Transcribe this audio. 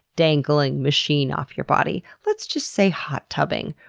dangling machine off your body. let's just say hot tubbing,